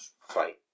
fight